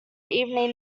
evening